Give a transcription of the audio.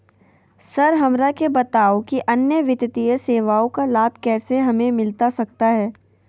Sir हमरा के बताओ कि अन्य वित्तीय सेवाओं का लाभ कैसे हमें मिलता सकता है?